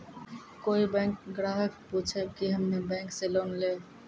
कोई बैंक ग्राहक पुछेब की हम्मे बैंक से लोन लेबऽ?